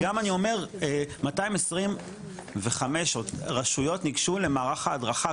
וגם אני אומר 225 רשויות ניגשו למערך ההדרכה,